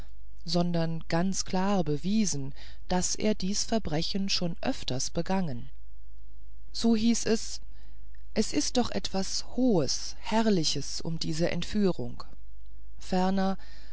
sondern ganz klar nachwiesen daß er dies verbrechen schon öfters begangen so hieß es es ist doch was hohes herrliches um diese entführung ferner